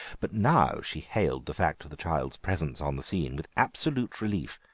but now she hailed the fact of the child's presence on the scene with absolute relief.